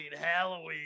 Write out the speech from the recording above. Halloween